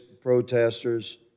protesters